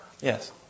Yes